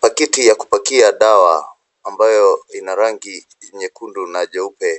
Pakiti ya kupakia dawa ambayo ina rangi nyekundu na jeupe,